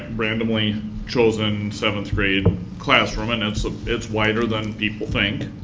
randomly chosen seventh grade classroom and it's ah it's wider than people think.